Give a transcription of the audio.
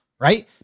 Right